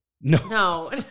No